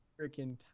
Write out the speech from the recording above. freaking